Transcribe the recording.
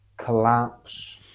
collapse